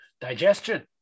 Digestion